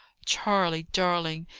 charley, darling,